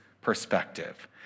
perspective